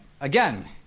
again